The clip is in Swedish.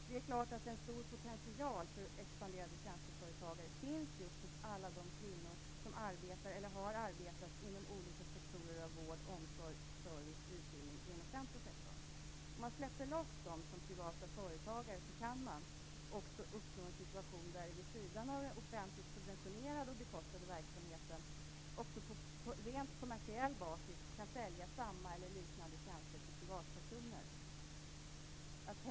Det är klart att en stor potential för expanderande tjänsteföretagande finns hos just alla de kvinnor som arbetar eller har arbetat inom olika sektorer av vård, omsorg, service och utbildning inom den offentliga sektorn. Om man släpper loss dem som privata företagare kan man också uppnå en situation där de, vid sidan av den offentligt subventionerade och bekostade verksamheten, på rent kommersiell basis kan sälja samma eller liknande tjänster till privatpersoner.